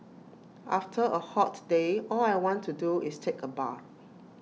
after A hot day all I want to do is take A bath